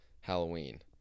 halloween